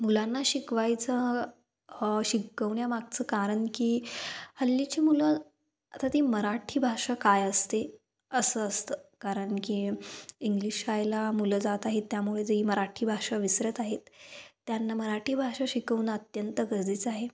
मुलांना शिकवायचं शिकवण्यामागचं कारण की हल्लीची मुलं आता ती मराठी भाषा काय असते असं असतं कारण की इंग्लिश शाळेला मुलं जात आहेत त्यामुळे ज ह मराठी भाषा विसरत आहेत त्यांना मराठी भाषा शिकवण अत्यंत गरजेचं आहे